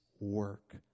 work